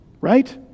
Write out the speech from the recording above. Right